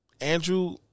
Andrew